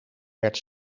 werd